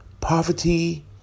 Poverty